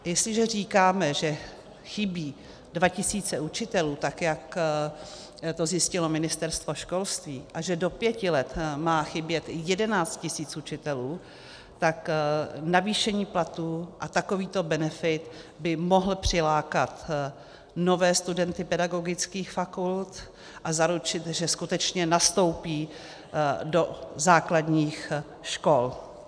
Jestliže říkáme, že chybí 2 tis. učitelů, jak to zjistilo Ministerstvo školství, a že do pěti let má chybět 11 tis. učitelů, tak navýšení platů a takovýto benefit by mohl přilákat nové studenty pedagogických fakult a zaručit, že skutečně nastoupí do základních škol.